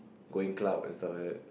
going club and stuff like that